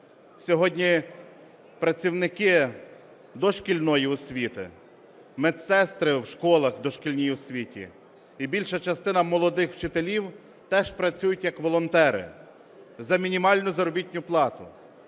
сьогодні працівники дошкільної освіти, медсестри в школах, в дошкільній освіті і більша частина молодих вчителів теж працюють як волонтери за мінімальну заробітну плату.